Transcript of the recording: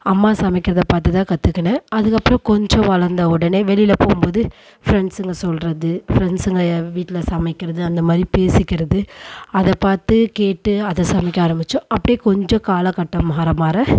அம்மா சமைக்கிறதை பார்த்து தான் கற்றுக்கினேன் அதுக்கு அப்புறம் கொஞ்சம் வளர்ந்த உடனே வெளியில் போகும் போது ஃப்ரெண்ட்ஸுங்க சொல்கிறது ஃப்ரெண்ட்ஸூங்க வீட்டில் சமைக்கிறது அந்த மாதிரி பேசிக்கிறது அதை பார்த்து கேட்டு அதை சமைக்க ஆரம்பிச்சோம் அப்படியே கொஞ்சம் காலகட்டம் மாற மாற